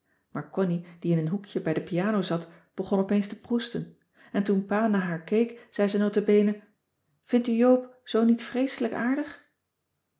maar connie die in een hoekje bij de piano zat begon opeens te proesten en toen pa naar haar keek zei ze nota bene vindt u joop zoo niet vreeselijk aardig